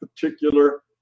particular